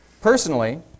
Personally